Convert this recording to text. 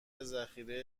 ذخیره